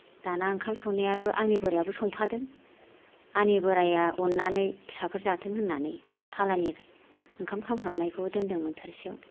दाना ओंखाम संनायाबो आंनि बोराइआबो संफादों आंनि बोराइया अननानै फिसाफोर जाथों होननानै थालानि ओंखाम खामहाबनायखौ दोनदोंमोन थोरसियाव